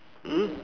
mm